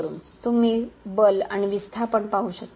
तुम्ही बल आणि विस्थापन पाहू शकता